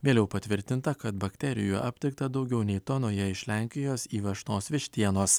vėliau patvirtinta kad bakterijų aptikta daugiau nei tonoje iš lenkijos įvežtos vištienos